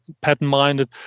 patent-minded